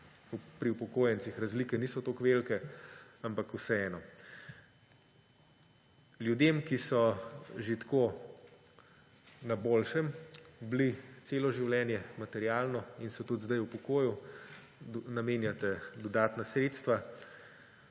pri upokojencih razlike niso tako velike, ampak vseeno. Ljudem, ki so že tako bili materialno na boljšem celo življenje in so tudi zdaj v pokoju, namenjate dodatna sredstva,